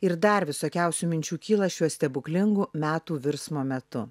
ir dar visokiausių minčių kyla šiuo stebuklingu metų virsmo metu